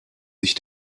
sich